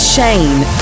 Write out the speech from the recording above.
Shane